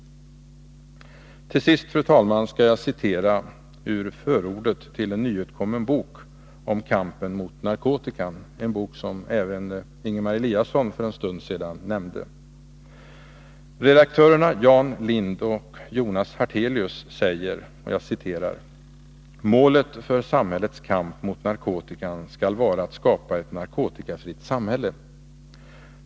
Till sist, fru talman, skall jag citera ur förordet till en nyutkommen bok om kampen mot narkotikan, en bok som även Ingemar Eliasson för en stund sedan nämnde. Redaktörerna Jan Lind och Jonas Hartelius säger: ”Målet för samhällets kamp mot narkotikan skall vara att skapa ett narkotikafritt samhälle.